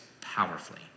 powerfully